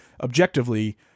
objectively